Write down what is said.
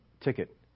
ticket